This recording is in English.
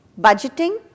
budgeting